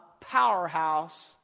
powerhouse